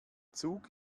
zug